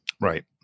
Right